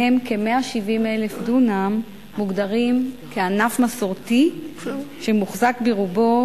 מהם כ-170,000 דונם מוגדרים כענף מסורתי שמוחזק ברובו